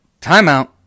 Timeout